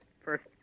first